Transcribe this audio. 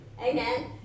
Amen